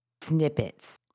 snippets